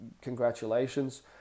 congratulations